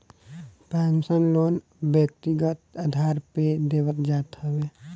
personal loan व्यक्तिगत आधार पे देहल जात हवे